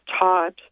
taught